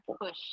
push